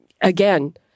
again